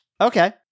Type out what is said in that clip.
Okay